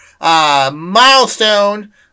Milestone